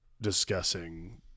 discussing